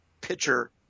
pitcher